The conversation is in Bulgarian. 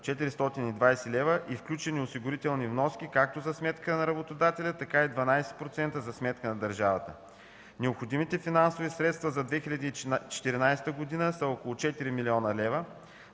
420 лв., и включени осигурителни вноски както за сметка на работодателя, така и 12% за сметка на държавата. Необходимите финансови средства за 2014 г. са около 4 млн. лв.,